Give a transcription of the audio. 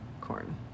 corn